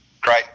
Great